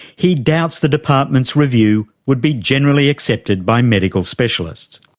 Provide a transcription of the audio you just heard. he doubts the department's review would be generally accepted by medical specialists.